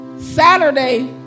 Saturday